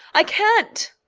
i can't.